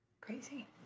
Crazy